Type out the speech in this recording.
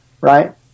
right